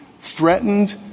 threatened